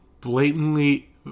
blatantly